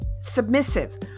submissive